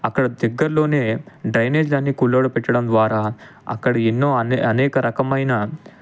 అక్కడ దగ్గరలోనే డ్రైనేజ్లన్ని ఖుల్లాలా పెట్టడం ద్వారా అక్కడ ఎన్నో అనే అనేక రకమయిన